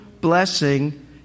blessing